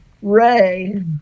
Ray